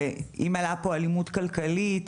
אם עלתה פה אלימות כלכלית,